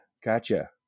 Gotcha